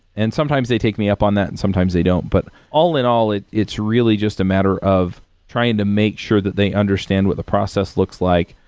and sometimes they take me up on that and sometimes they don't, but all in all, it's really just a matter of trying to make sure that they understand what the process looks like.